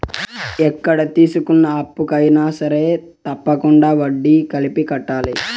ఎక్కడ తీసుకున్న అప్పుకు అయినా సరే తప్పకుండా వడ్డీ కలిపి కట్టాలి